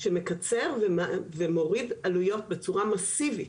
שמקצר ומוריד עלויות בצורה מסיבית,